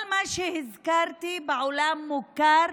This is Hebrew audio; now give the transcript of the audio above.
כל מה שהזכרתי מוכר